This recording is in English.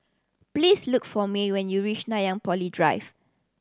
please look for Mae when you reach Nanyang Poly Drive